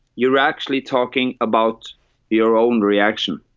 you're actually talking about your own reaction.